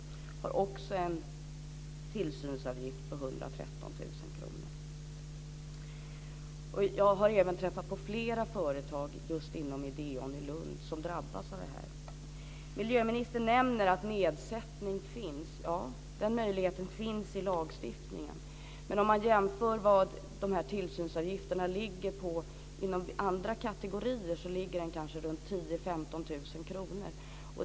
Det har också en tillsynsavgift på 113 000 kr. Jag har även träffat på flera företag just inom Ideon i Lund som drabbas av det här. Miljöministern nämner att möjlighet till nedsättning finns. Ja, den möjligheten finns i lagstiftningen. Men man kan jämföra med tillsynsavgifterna inom andra kategorier, där tillsynsavgiften kanske ligger på runt 10 000-15 000 kr.